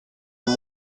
amb